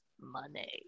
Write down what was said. money